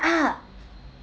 up